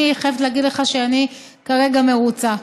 אני חייבת להגיד לך שאני כרגע מרוצה.